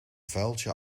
vuiltje